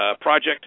Project